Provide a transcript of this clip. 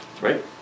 Right